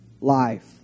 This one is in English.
life